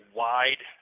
wide